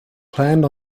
planned